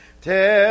Tell